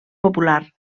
popular